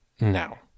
now